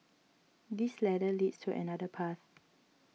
this ladder leads to another path